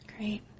Great